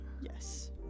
Yes